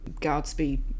Godspeed